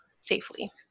safely